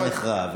שבסוף נחרב,